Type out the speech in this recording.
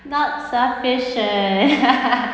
not sufficient